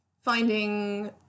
finding